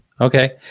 Okay